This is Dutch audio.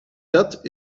dat